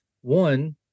one